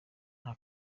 nta